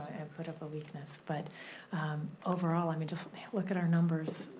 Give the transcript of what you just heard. and put up a weakness. but overall, i mean just look at our numbers,